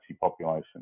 population